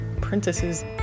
princesses